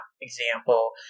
example